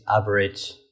average